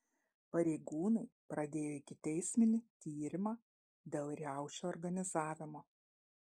pareigūnai pradėjo ikiteisminį tyrimą dėl riaušių organizavimo